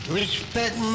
respect